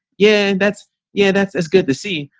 yeah, that's yeah, that's as good to see.